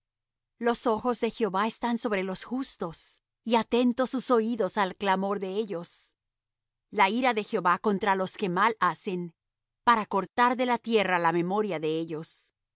los ojos de jehová están sobre los justos y atentos sus oídos al clamor de ellos la ira de jehová contra los que mal hacen para cortar de la tierra la memoria de ellos